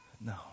No